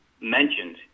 mentioned